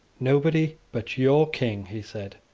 nobody but your king, he said,